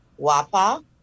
WAPA